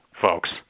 folks